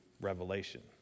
Revelation